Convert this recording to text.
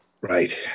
Right